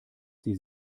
sie